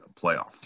playoff